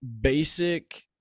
basic